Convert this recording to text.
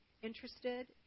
interested